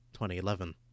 2011